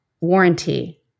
warranty